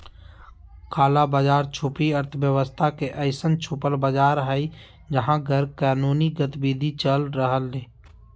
काला बाज़ार छुपी अर्थव्यवस्था के अइसन छुपल बाज़ार हइ जहा गैरकानूनी गतिविधि चल रहलय